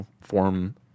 form